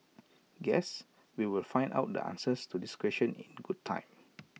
guess we will find out the answers to these questions in good time